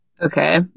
okay